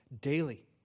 daily